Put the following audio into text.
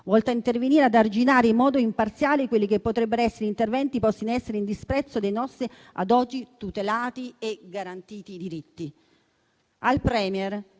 volta a intervenire per arginare in modo imparziale quelli che potrebbero essere gli interventi posti in essere in disprezzo dei nostri ad oggi tutelati e garantiti diritti. Al *Premier*